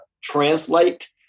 translate